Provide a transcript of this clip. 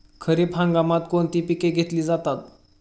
खरीप हंगामात कोणती पिके घेतली जातात?